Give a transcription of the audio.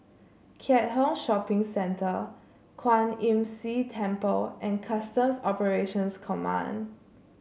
Keat Hong Shopping Centre Kwan Imm See Temple and Customs Operations Command